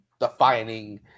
defining